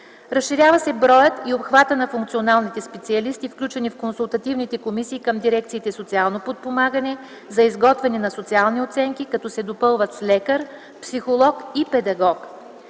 Разширява се броят и обхватът на функционалните специалисти, включени в консултативните комисии към дирекциите „Социално подпомагане” за изготвяне на социални оценки, като се допълват с лекар, психолог и педагог.